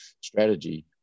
strategy